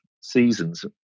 seasons